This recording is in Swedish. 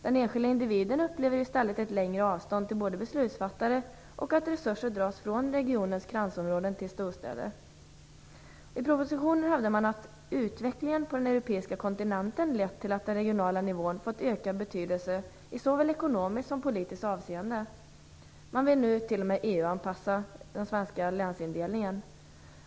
Den enskilde individen upplever ju i stället att det blir ett längre avstånd till beslutsfattarna och att resurser tas från regionens kransområden till storstäderna. I propositionen hävdas att utvecklingen på den europeiska kontinenten lett till att den regionala nivån fått ökad betydelse i såväl ekonomiskt som politiskt avseende. Man vill nu t.o.m. EU-anpassa den svenska länsindelningen.